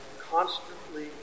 constantly